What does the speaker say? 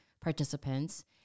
participants